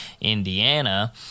Indiana